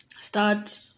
Start